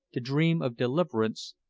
to dream of deliverance,